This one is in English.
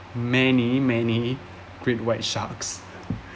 many many great white sharks